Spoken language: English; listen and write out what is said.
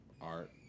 art